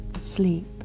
Sleep